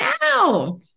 now